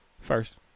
first